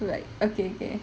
like okay okay